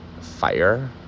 fire